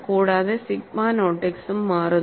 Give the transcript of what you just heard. കൂടാതെ sigma naught x ഉം മാറുന്നു